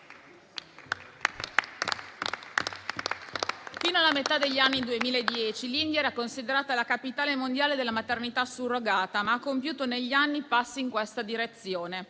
Fino alla metà del decennio del 2010, l'India era considerata la capitale mondiale della maternità surrogata, ma ha compiuto negli anni passi in questa direzione.